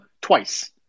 twice